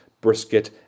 Brisket